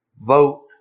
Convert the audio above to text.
vote